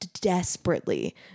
desperately